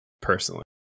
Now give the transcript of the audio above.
Personally